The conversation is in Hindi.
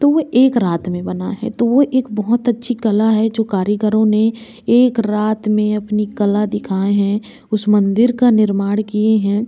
तो वो एक रात में बना है तो वो एक बोहोत अच्छी कला है जो कारीगरों ने एक रात में अपनी कला दिखाए हैं उस मंदिर का निर्माण किए हैं